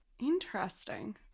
Interesting